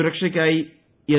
സുരക്ഷയ്ക്കായി എൽ